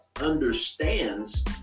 understands